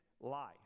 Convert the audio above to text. life